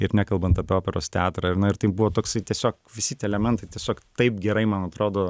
ir nekalbant apie operos teatrą ir na ir tai buvo toksai tiesiog visi tie elementai tiesiog taip gerai man atrodo